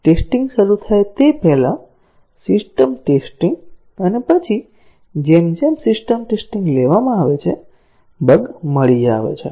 testing શરૂ થાય તે પહેલાં સિસ્ટમ ટેસ્ટીંગ અને પછી જેમ જેમ સિસ્ટમ ટેસ્ટીંગ લેવામાં આવે છે બગ મળી આવે છે